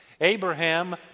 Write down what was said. Abraham